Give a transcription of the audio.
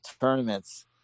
tournaments